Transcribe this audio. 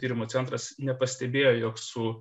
tyrimų centras nepastebėjo jog su